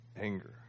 anger